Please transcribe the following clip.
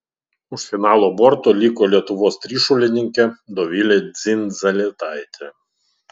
už finalo borto liko lietuvos trišuolininkė dovilė dzindzaletaitė